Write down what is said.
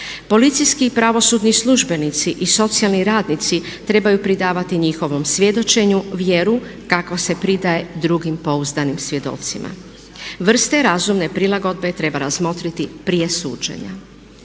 Policijski pravosudni službenici i socijalni radnici trebaju pridavati njihovom svjedočenju vjeru kakva se pridaje drugim pouzdanim svjedocima. Vrste razumne prilagodbe treba razmotriti prije suđenja.